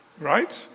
Right